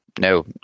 no